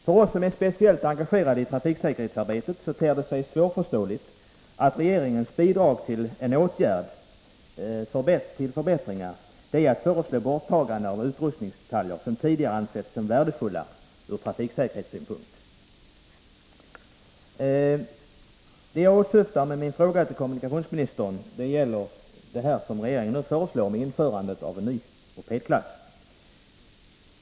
För oss som är speciellt engagerade i trafiksäkerhetsarbetet ter det sig svårförståeligt att regeringens bidrag till förbättrande åtgärder är att föreslå borttagande av utrustningsdetaljer som tidigare ansetts som värdefulla för trafiksäkerheten. Det jag åsyftar är vad min fråga till kommunikationsministern gäller, nämligen regeringens förslag att införa en ny mopedklass.